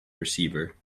receiver